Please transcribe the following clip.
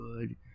good